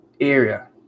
area